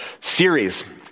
series